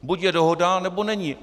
Buď je dohoda, nebo není.